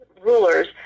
rulers